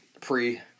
pre